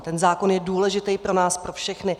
Ten zákon je důležitý pro nás pro všechny.